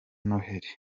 noheli